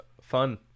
Fun